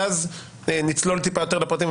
ואז נצלול טיפה יותר לפרטים,